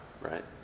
Right